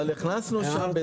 הכנסנו.